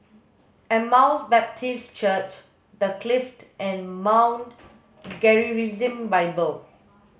Emmaus Baptist Church The Clift and Mount Gerizim Bible